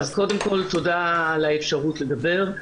קודם כל, תודה על האפשרות לדבר.